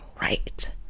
right